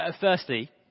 Firstly